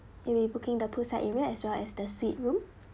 you'll be booking the poolside event as well as the suite room